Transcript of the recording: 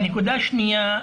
נקודה שנייה,